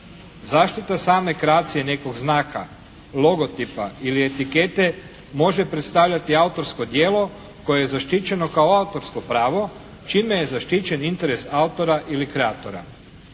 Zaštita same kreacije nekog znaka, logotipa ili etikete može predstavljati autorsko djelo koje je zaštićeno kao autorsko pravo čime je zaštićen interes autora ili kreatora.